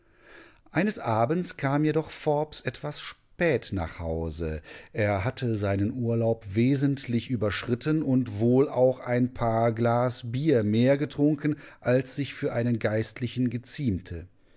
eines abends kam jedoch forbes etwas spät nach hause er hatte seinen urlaub wesentlich überschritten und wohl auch ein paar glas bier mehr getrunken als sich für einen geistlichen geziemte